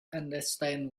understand